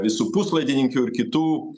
visų puslaidininkių ir kitų